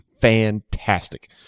fantastic